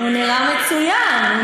הוא נראה טוב, הוא לא נראה היטב.